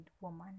woman